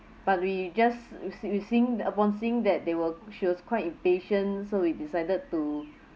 but we just we we seen the upon seeing that they will she was quite impatient so we decided to